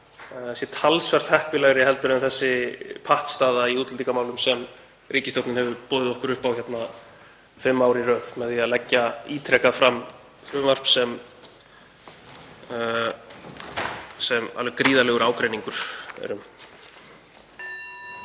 sé talsvert heppilegri en þessi pattstaða í útlendingamálum sem ríkisstjórnin hefur boðið okkur upp á fimm ár í röð með því að leggja ítrekað fram frumvarp sem alveg gríðarlegur ágreiningur er um.